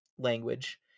language